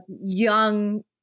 young